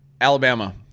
Alabama